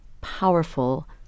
powerful